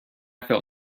felt